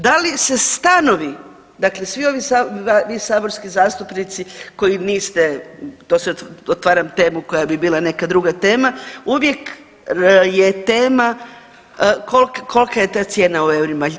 Da li se stanovi, dakle svi ovi vi saborski zastupnici koji niste dosad, otvaram temu koja bi bila neka druga tema, uvijek je tema kolika je ta cijena u eurima.